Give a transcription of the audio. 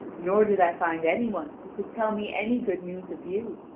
nor did i find any one who could tell me any good news of you,